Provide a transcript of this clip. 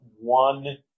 one